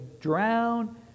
drown